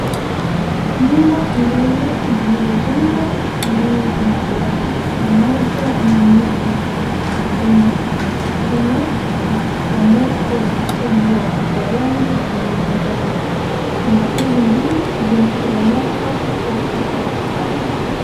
Nyumba mbili zilizojengwa kwa kutumia mabati pamoja na miti inachomeka kwa moto mkubwa wa rangi ya manjano, nyumba hizi mbili zinaporomoka kutoka kwa mabati.